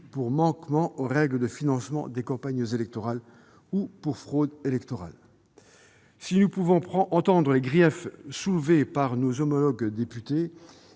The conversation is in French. pour manquement aux règles de financement des campagnes électorales ou pour fraude électorale. Si nous pouvons comprendre les griefs de nos homologues députés,